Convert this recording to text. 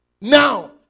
now